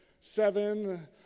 seven